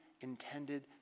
intended